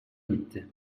gitti